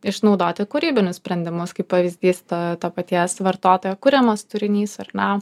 išnaudoti kūrybinius sprendimus kaip pavyzdys to to paties vartotojo kuriamas turinys ar ne